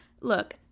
look